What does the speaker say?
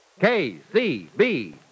KCB